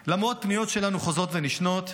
למרות פניות חוזרות ונשנות שלנו